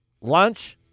Lunch